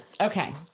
Okay